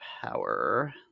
Power